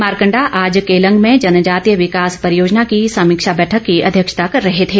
मारकंडा आज केलंग में जनजातीय विकास परियोजना की समीक्षा बैठक की अध्यक्षता कर रहे थे